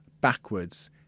Backwards